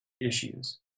issues